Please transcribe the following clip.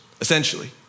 essentially